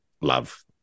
love